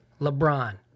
LeBron